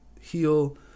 heal